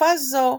בתקופה זו,